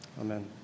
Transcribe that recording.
amen